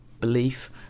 belief